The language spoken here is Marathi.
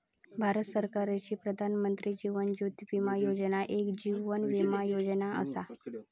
भारत सरकारची प्रधानमंत्री जीवन ज्योती विमा योजना एक जीवन विमा योजना असा